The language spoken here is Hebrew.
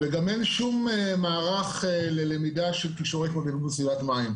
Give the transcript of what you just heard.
וגם אין שום מערך ללמידה של כישורי התמודדות במים,